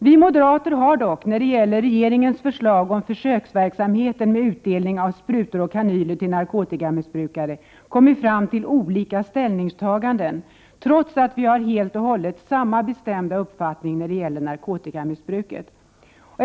Vi moderater har dock när det gäller regeringens förslag om försöksverk 23 samheten med utdelning av sprutor och kanyler till narkotikamissbrukare kommit fram till olika ställningstaganden — trots att vi har helt och hållet samma bestämda uppfattning när det gäller narkotikamissbruket.